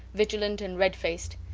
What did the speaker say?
vigilant and red-faced.